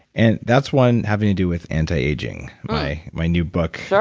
and that's one having to do with antiaging, my my new book,